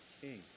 king